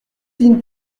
dîne